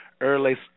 early